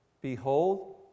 Behold